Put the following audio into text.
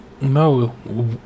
no